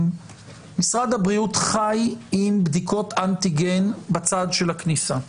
משרד הבריאות חי עם מצב של בדיקות אנטיגן בצד של הכניסה.